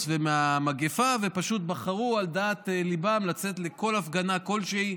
ומהמגפה ופשוט בחרו על דעתם לצאת לכל הפגנה שהיא,